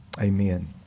Amen